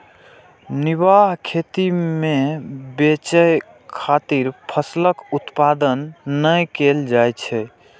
निर्वाह खेती मे बेचय खातिर फसलक उत्पादन नै कैल जाइ छै